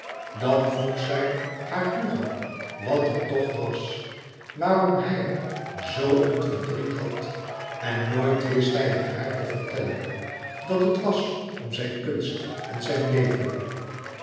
dan vroeg zij haar hugo wat er toch was louis couperus metamorfoze waarom hij zoo een verdriet had en nooit wist hij het haar te vertellen dat het was om zijn kunst en zijn leven